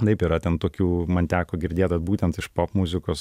taip yra ten tokių man teko girdėt vat būtent iš popmuzikos